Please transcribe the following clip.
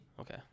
Okay